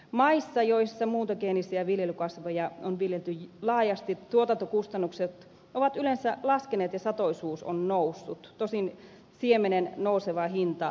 maissa joissa muuntogeenisiä viljelykasveja on viljelty laajasti tuotantokustannukset ovat yleensä laskeneet ja satoisuus on noussut tosin siemenen nouseva hinta vie katetta